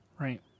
Right